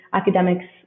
academics